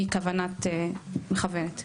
מכוונת מכוונת.